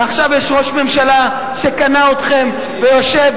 ועכשיו יש ראש ממשלה שקנה אתכם ויושב